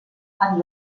fan